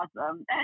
awesome